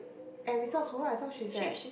at Resorts World I thought she's at